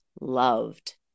loved